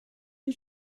you